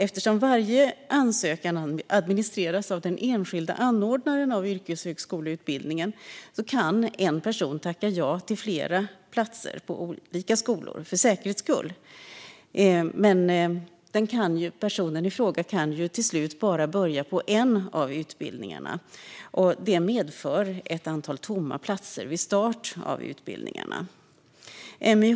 Eftersom varje ansökan administreras av den enskilde anordnaren av yrkeshögskoleutbildningen kan en person tacka ja till flera platser på olika skolor, för säkerhets skull, men personen i fråga kan ju till slut bara börja på en av utbildningarna. Detta medför ett antal tomma platser vid utbildningarnas start.